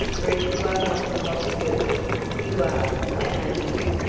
for if you are not the lost girl you are an angel!